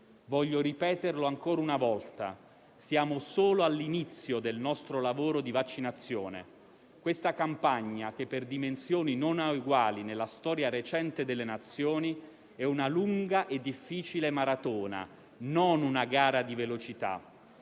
Voglio ripeterle ancora una volta che siamo solo all'inizio del nostro lavoro di vaccinazione: questa campagna, che per dimensioni non ha eguali nella storia recente delle Nazioni, è una lunga e difficile maratona, non una gara di velocità.